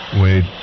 Wade